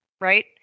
right